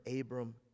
Abram